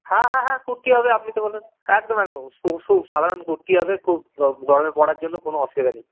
হ্যাঁ হ্যাঁ হ্যাঁ কুর্তি হবে আপনি তো বললেন একদম একদম খুব খুব সাধারন কুর্তি হবে খুব গরমে পরার জন্য কোনো অসুবিধা নেই